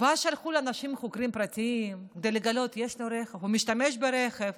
ואז שלחו לאנשים חוקים פרטיים כדי לגלות אם יש להם רכב או משתמשים ברכב.